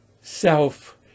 self